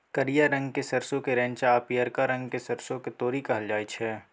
करिया रंगक सरसों केँ रैंचा आ पीयरका रंगक सरिसों केँ तोरी कहल जाइ छै